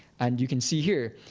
and you can see here,